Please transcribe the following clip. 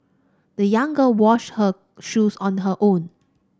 the young girl washed her shoes on her own